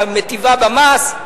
מטיבה במס,